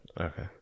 Okay